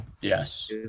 Yes